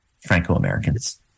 Franco-Americans